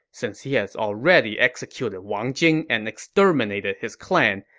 since he has already executed wang jing and exterminated his clan,